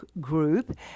group